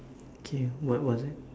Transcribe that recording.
K what was it